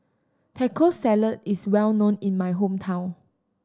Taco Salad is well known in my hometown